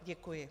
Děkuji.